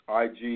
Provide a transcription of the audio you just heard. IG